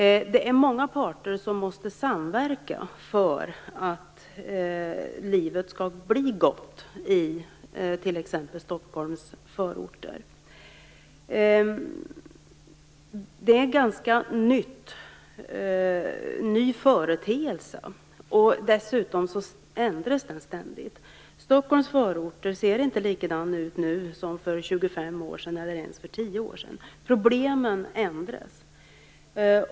Det är många parter som måste samverka för att livet skall bli gott i t.ex. Stockholms förorter. Det är en ganska ny företeelse. Dessutom ändras den ständigt. Stockholms förorter ser inte likadana ut nu som för 25 år sedan eller ens för 10 år sedan. Problemen ändras.